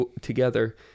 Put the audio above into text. together